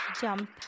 jump